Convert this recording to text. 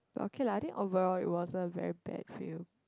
okay lah I think overall it was a very bad feel